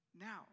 Now